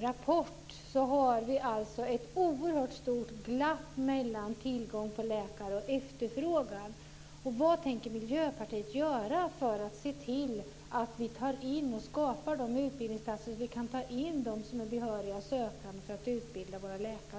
rapport, att vara ett oerhört stort glapp mellan tillgången på läkare och efterfrågan. Vad tänker Miljöpartiet göra för att se till att vi skapar utbildningsplatser så att vi kan ta in dem som är behöriga sökande, för att utbilda våra läkare?